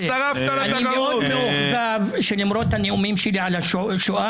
אני מאוד מאוכזב שלמרות הנאומים שלי על השואה